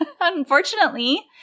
unfortunately